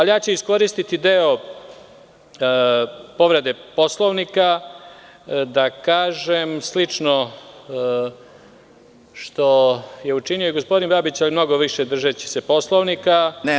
Ja ću iskoristiti deo povrede Poslovnika da kažem slično što je učinio i gospodin Babić, ali mnogo više držeći se Poslovnika.